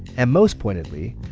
and most pointedly,